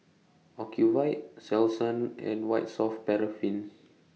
Ocuvite Selsun and White Soft Paraffin